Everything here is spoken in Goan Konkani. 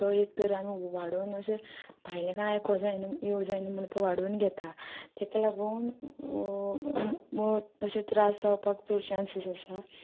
तो एक तर आमी वाडोवन अशें भायले कांय आयको जाय यूज जायना म्हण तो वाडून घेता तेका लागून अशें त्रास जावपाक चड चान्सीस आसा